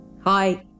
Hi